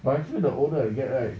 but I feel that the older you get right